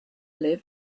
live